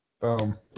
boom